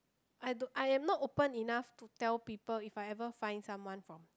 I don't I am not open enough to tell people if I ever find someone from